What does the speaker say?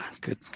good